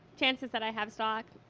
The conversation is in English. chances that i have stock?